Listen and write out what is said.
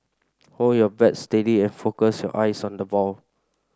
hold your bat steady and focus your eyes on the ball